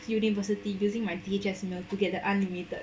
university using my D_H_S 没有 to get the unlimited